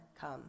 come